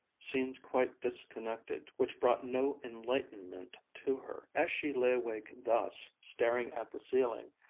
scenes quite disconnected, which brought no enlightenment to her. as she lay awake thus, staring at the ceiling,